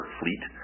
fleet